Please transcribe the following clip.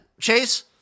Chase